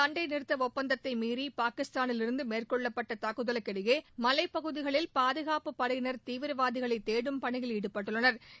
சண்டை நிறுத்த ஒப்பந்தத்தைமீறி பாகிஸ்தானிலிருந்து மேற்கொள்ளப்பட்ட தாக்குதலுக்கிடையே மலைப்பகுதிகளில் பாதுகாப்புப் படையினா் தீவிரவாதிகளை தேடும் பணியில் ஈடுபட்டுள்ளனா்